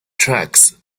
tracks